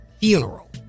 funeral